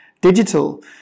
digital